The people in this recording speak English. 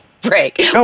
break